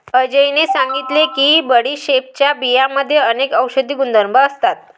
अजयने सांगितले की बडीशेपच्या बियांमध्ये अनेक औषधी गुणधर्म असतात